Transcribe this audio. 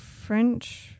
French